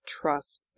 Trust